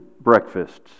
breakfasts